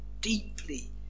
deeply